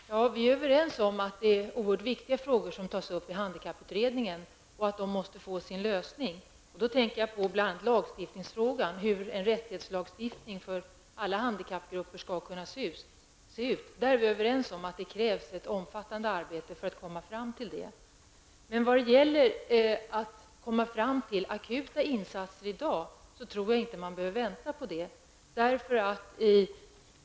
Herr talman! Vi är överens om att det är oerhört viktiga frågor som tas upp i handikapputredningen och att de måste få sin lösning. Då tänker jag bl.a. på lagstiftningsfrågan, hur en rättighetslagstiftning för alla handikappgrupper skall kunna se ut. Där är vi överens om att det krävs ett omfattande arbete. Men när det gäller att komma fram till akuta insatser i dag tror jag inte att man behöver vänta på det.